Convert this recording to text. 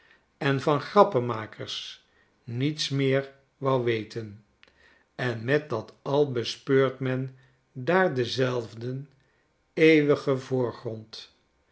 en van grappenmakers niets meer wou weten en met dat al bespeurt men daar denzelfden eeuwigen voorgrond